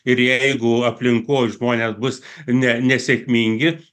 ir jeigu aplinkos žmonės bus nesėkmingi